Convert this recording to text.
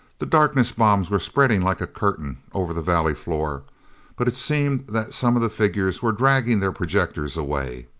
the darkness bombs were spreading like a curtain over the valley floor but it seemed that some of the figures were dragging their projectors away.